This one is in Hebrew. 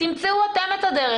תמצאו אתם את הדרך,